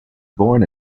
born